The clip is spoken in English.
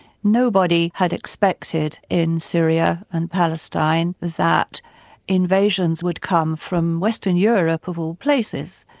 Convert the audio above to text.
nobody had expected in syria and palestine, that invasions would come from western europe of all places.